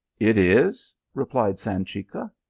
it is, replied sanchica.